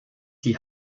die